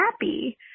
happy